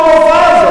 פה, שאול מופז.